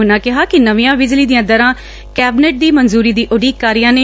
ਉਨੂਾਂ ਕਿਹਾ ਕਿ ਨਵੀਆਂ ਬਿਜਲੀ ਦੀਆਂ ਦਰਾਂ ਕੈਬਨਿਟ ਦੀ ਮਨਜੂਰੀ ਦੀ ਉਡੀਕ ਕਰ ਰਹੀਆਂ ਨੇ